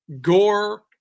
Gore